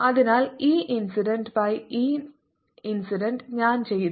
അതിനാൽ ഇ incident by ഇ ഇൻസിഡന്റ് ഞാൻ ചെയ്തു